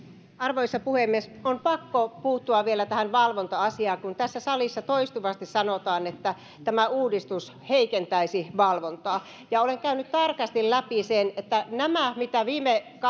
arvoisa puhemies on pakko puuttua vielä tähän valvonta asiaan kun tässä salissa toistuvasti sanotaan että tämä uudistus heikentäisi valvontaa olen käynyt tarkasti läpi sen että nämä mitä viime